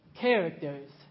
characters